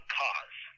cause